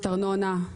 ארנונה,